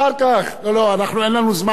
לא, ברשותך, נא לסיים.